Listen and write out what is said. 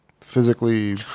physically